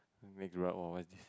may grew up orh what's this